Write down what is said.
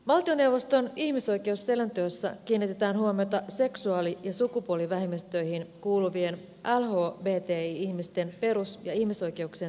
valtioneuvoston ihmisoikeusselonteossa kiinnitetään huomiota seksuaali ja sukupuolivähemmistöihin kuuluvien lhbti ihmisten perus ja ihmisoikeuksien toteutumiseen